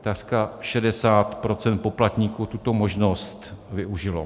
Takřka 60 % poplatníků tuto možnost využilo.